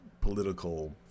political